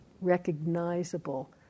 recognizable